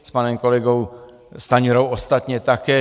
S panem kolegou Stanjurou ostatně také.